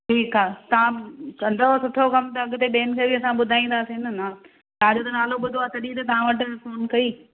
ठीकु आहे तव्हां कंदव सुठो कमु त अॻिते ॿियनि खे बि असां ॿुधाईंदासीं न तव्हांजो त नालो ॿुधो आहे तॾहिं त तव्हां वटि फोन कई